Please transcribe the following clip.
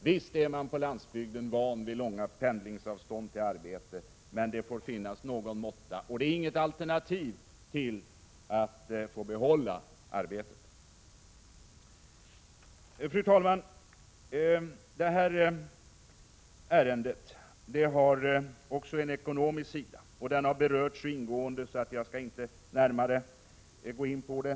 Visst är man på landsbygden van vid långa pendlingsavstånd till arbetet, men det får finnas någon måtta. Det är inget alternativ till att få behålla arbetet. Fru talman! Det här ärendet har också en ekonomisk sida. Den har berörts så ingående att jag inte närmare skall gå in på den.